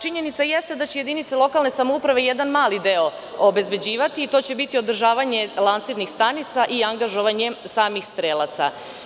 Činjenica jeste da će jedinice lokalne samouprave jedan mali deo obezbeđivati i to će biti održavanje lansirnih stanica i angažovanje samih strelaca.